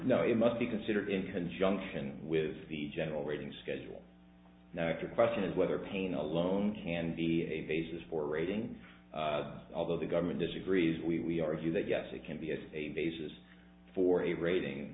know it must be considered in conjunction with the general reading schedule or question is whether pain alone can be a basis for rating although the government disagrees we argue that yes it can be as a basis for a rating